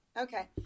Okay